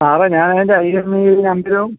സാറേ ഞാൻ അതിന്റെ ഐ യെമ്മ ഐ നമ്പരും